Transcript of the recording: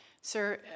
sir